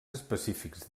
específics